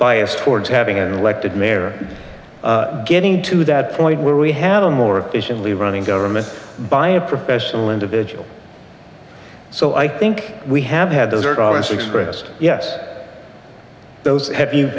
biased towards having an elected mayor getting to that point where we have a more efficiently running government by a professional individual so i think we have had those at all and so expressed yes those have you